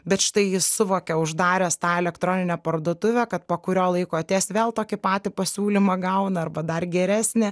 bet štai jis suvokia uždaręs tą elektroninę parduotuvę kad po kurio laiko atėjęs vėl tokį patį pasiūlymą gauna arba dar geresnį